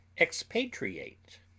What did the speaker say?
expatriate